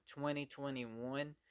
2021